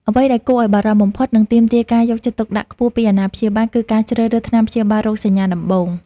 អ្វីដែលគួរឱ្យបារម្ភបំផុត និងទាមទារការយកចិត្តទុកដាក់ខ្ពស់ពីអាណាព្យាបាល គឺការជ្រើសរើសថ្នាំព្យាបាលរោគសញ្ញាដំបូង។